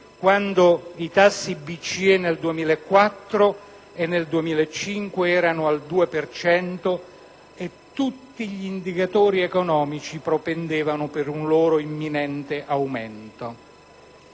quando i tassi BCE nel 2004 e 2005 erano al 2 per cento e tutti gli indicatori economici propendevano per un loro imminente aumento.